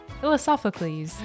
Philosophically